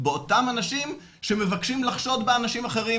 באותם אנשים שמבקשים לחשוד באנשים אחרים